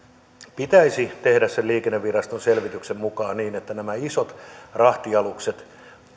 pitäisi tehdä sen liikenneviraston selvityksen mukaan niin että nämä isot rahtialukset